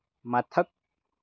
ꯃꯊꯛ